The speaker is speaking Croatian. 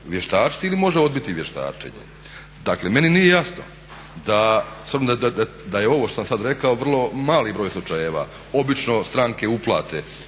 vještačiti ili može odbiti vještačenje. Dakle, meni nije jasno da s obzirom da je ovo što sam sad rekao vrlo mali broj slučajeva, obično stranke uplate